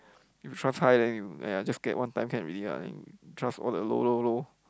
if you trust high then you !aiya! get one time can already lah and you trust all the low low low